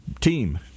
team